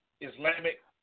Islamic